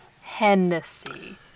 Hennessy